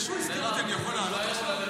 בבקשה.